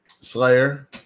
Slayer